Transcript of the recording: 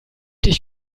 dich